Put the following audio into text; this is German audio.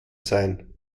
sein